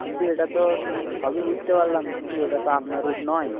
কিন্তু এটা তো সবই বুঝতে পারলাম কিন্তু এটা তো আপনার রুট নয়